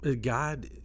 God